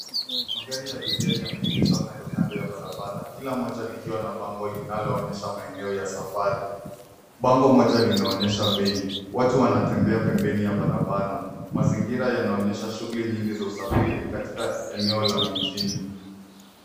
Magari ya abiria yameegeshwa kando kando ya barabara, kila moja likiwa na bango linaloonyesha maeneo ya safari. Bango moja linaonyesha bei. Watu wanatemebea pembeni ya barabara. Mazingira yanaonyesha shughuli nyingi za usafiri katika eneo la mijini.